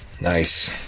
Nice